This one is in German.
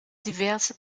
diverse